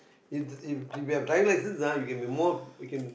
if if if you have driving license you can be more you can